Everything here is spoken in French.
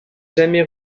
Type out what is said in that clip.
jamais